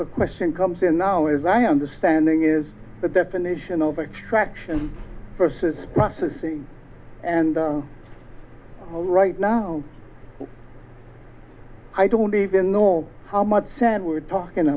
the question comes in now is i understanding is the definition of extraction versus processing and right now i don't even know how much sense we're talking